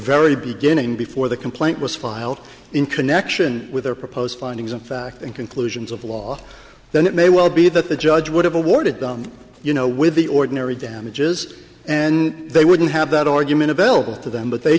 very beginning before the complaint was filed in connection with their proposed findings of fact and conclusions of law then it may well be that the judge would have awarded them you know with the ordinary damages and they wouldn't have that argument available to them but they